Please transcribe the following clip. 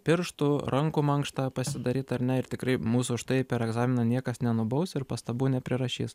pirštų rankų mankštą pasidaryt ar ne ir tikrai mūsų štai per egzaminą niekas nenubaus ir pastabų neprirašys